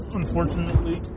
unfortunately